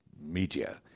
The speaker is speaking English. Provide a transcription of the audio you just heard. media